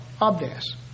obvious